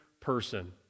person